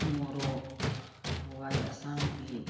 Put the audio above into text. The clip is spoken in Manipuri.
ꯃꯣꯔꯣꯛ ꯍꯋꯥꯏ ꯑꯁꯥꯡꯕꯤ